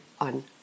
on